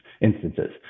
instances